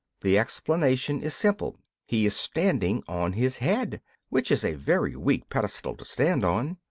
the explanation is simple he is standing on his head which is a very weak pedestal to stand on.